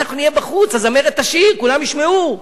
אנחנו נהיה בחוץ, הזמרת תשיר, כולם ישמעו.